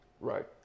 Right